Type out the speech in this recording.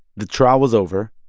the trial was over.